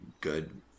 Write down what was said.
good